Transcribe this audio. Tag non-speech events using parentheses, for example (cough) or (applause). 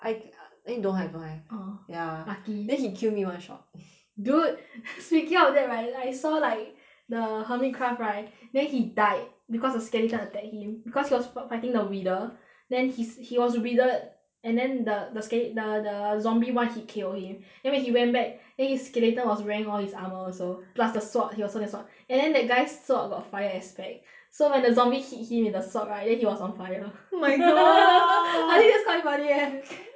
I eh don't have don't have orh ya lucky then he kill me one shot dude speaking of that right I saw like the hermit craft right then he died because a skeleton attacked him because he was fi~ fighting the wither then he's he was wither and then the the skele~ the the zombie [one] he hit kill him then when he went back then his skeleton was wearing all his armour also plus the sword he also the sword and then that guy shirt got fire aspect so when the zombie hit him in the sword right then he was on fire oh my god (laughs) I think it's quite funny leh